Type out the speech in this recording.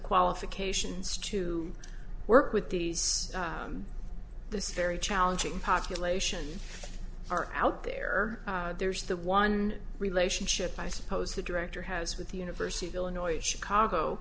qualifications to work with these the scary challenging populations are out there there's the one relationship i suppose the director has with the university of illinois chicago